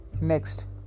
Next